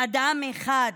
אדם אחד,